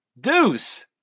Deuce